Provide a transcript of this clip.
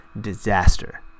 disaster